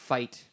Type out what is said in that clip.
Fight